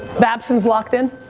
babson's locked in?